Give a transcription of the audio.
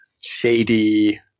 shady